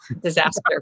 disaster